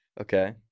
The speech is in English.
Okay